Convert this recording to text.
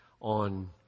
on